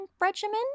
regimen